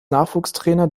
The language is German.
nachwuchstrainer